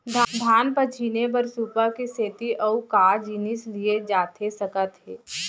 धान पछिने बर सुपा के सेती अऊ का जिनिस लिए जाथे सकत हे?